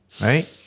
right